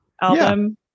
album